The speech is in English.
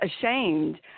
ashamed